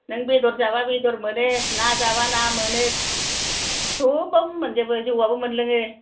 नों बेदर जाबा बेदर मोनो ना जाबा ना मोनो गासैबोआनो मोनजोबो जौआबो मोनलोङो